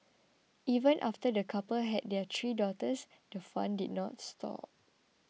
even after the couple had their three daughters the fun did not stop